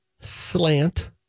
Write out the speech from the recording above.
Slant